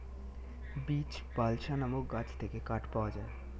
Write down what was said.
beech, balsa নামক গাছ থেকে কাঠ পাওয়া যায়